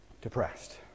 Depressed